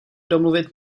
domluvit